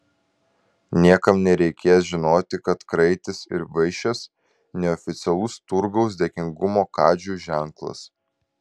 niekam nereikės žinoti kad kraitis ir vaišės neoficialus turgaus dėkingumo kadžiui ženklas